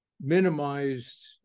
minimized